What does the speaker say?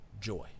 joy